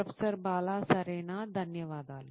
professor Bala సరెనా ధన్యవాదాలు